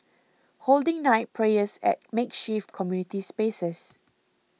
holding night prayers at makeshift community spaces